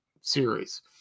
series